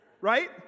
right